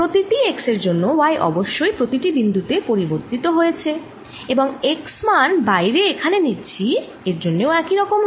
প্রতিটি x এর জন্যে y অবশ্যই প্রতিটি বিন্দুতে পরিবর্তিত হয়েছে এবং x মান বাইরে এখানে নিচ্ছি এর জন্যেও একই রকম